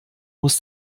muss